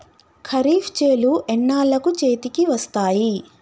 ఖరీఫ్ చేలు ఎన్నాళ్ళకు చేతికి వస్తాయి?